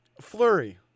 Flurry